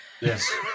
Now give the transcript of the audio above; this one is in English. Yes